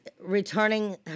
returning